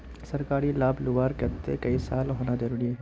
सरकारी लाभ लुबार केते कई साल होना जरूरी छे?